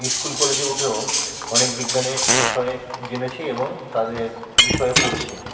school কলেজে উঠেও অনেক বিজ্ঞানী বিষয়ে জেনেছি এবং তাদের বিষয়ও পড়েছি